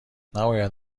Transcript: نباید